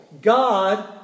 God